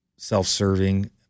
self-serving